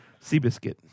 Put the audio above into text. Seabiscuit